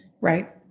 Right